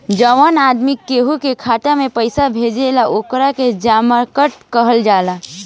जवन आदमी केहू के खाता में पइसा भेजेला ओकरा के जमाकर्ता कहल जाला